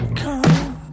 come